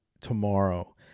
tomorrow